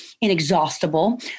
inexhaustible